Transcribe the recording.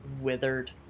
withered